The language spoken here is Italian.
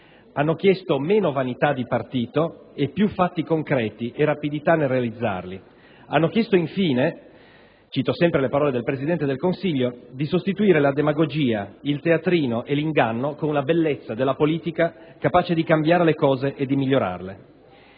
Hanno chiesto meno vanità di partito e più fatti concreti e rapidità nel realizzarli. Hanno chiesto infine - cito sempre le parole del Presidente del Consiglio - di sostituire la demagogia, il teatrino e l'inganno con la bellezza della politica capace di cambiare le cose e di migliorarle.